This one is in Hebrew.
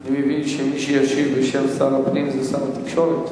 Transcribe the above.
אני מבין שמי שישיב בשם שר הפנים זה שר התקשורת.